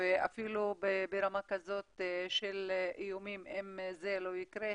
ואפילו ברמה כזאת של איומים שאם זה לא יקרה,